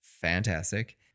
fantastic